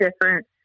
different